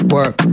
Work